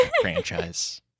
franchise